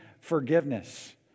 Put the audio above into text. forgiveness